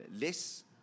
less